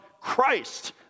Christ